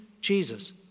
Jesus